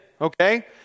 okay